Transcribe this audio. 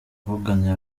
kuvuganira